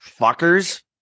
Fuckers